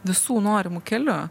visų norimu keliu